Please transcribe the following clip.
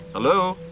hello.